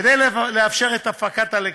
כדי לאפשר את הפקת הלקחים,